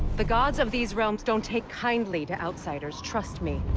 the gods of these realms don't take kindly to outsiders, trust me.